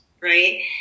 right